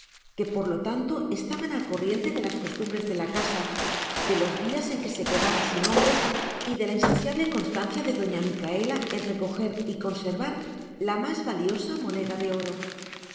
que por lo tanto estaban al corriente de las costumbres de la casa de los días en que se quedaba sin hombres y de la insaciable constancia de doña micaela en recoger y conservar la más valiosa moneda de oro